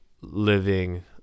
living